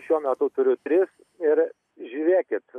šiuo metu turiu tris ir žiūrėkit